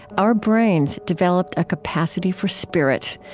our brains developed a capacity for spirit,